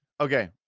Okay